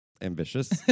ambitious